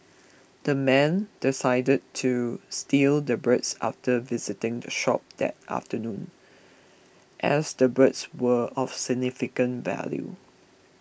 the men decided to steal the birds after visiting the shop that afternoon as the birds were of significant value